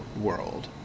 world